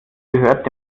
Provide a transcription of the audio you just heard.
gehört